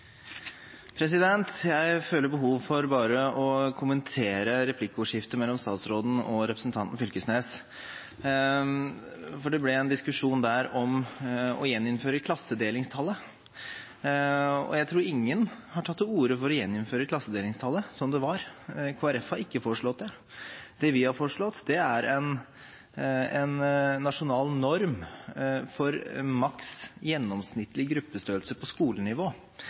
Jeg føler behov for bare å kommentere replikkordskiftet mellom statsråden og representanten Knag Fylkesnes. Det ble der en diskusjon om å gjeninnføre klassedelingstallet, men jeg tror ingen har tatt til orde for å gjeninnføre klassedelingstallet som det var. Kristelig Folkeparti har ikke foreslått det. Det vi har foreslått, er en nasjonal norm for maks gjennomsnittlig gruppestørrelse på skolenivå,